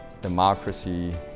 democracy